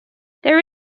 there